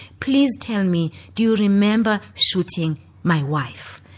please tell me, do you remember shooting my wife?